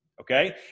Okay